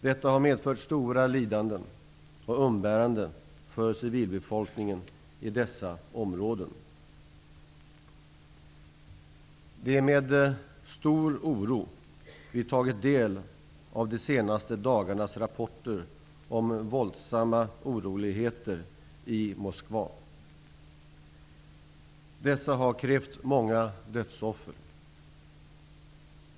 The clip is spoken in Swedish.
Detta har medfört stora lidanden och umbäranden för civilbefolkningen i dessa områden. Det är med stor oro vi tagit del av de senaste dagarnas rapporter om våldsamma oroligheter i Moskva. Dessa har krävt många dödsoffer.